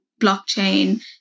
blockchain